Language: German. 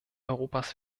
europas